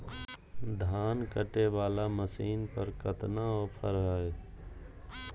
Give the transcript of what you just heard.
धान कटे बाला मसीन पर कतना ऑफर हाय?